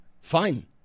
Fine